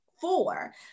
four